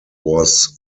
was